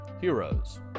Heroes